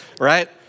Right